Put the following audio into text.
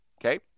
Okay